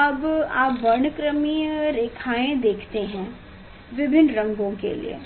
अब आप वर्णक्रमीय रेखाएँ देखते हैं विभिन्न रंगों के लिए